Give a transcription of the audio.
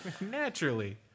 Naturally